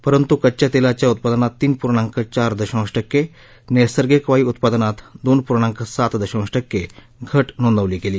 परंतु कच्च्या तेलाच्या उत्पादनात तीन पूर्णांक चार दशांश टक्के नैसर्गिक वायू उत्पादनात दोन पूर्णांक सात दशांश टक्के घट नोंदवली गेली